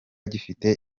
gifite